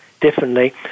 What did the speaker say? differently